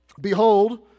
Behold